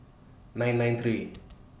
nine nine three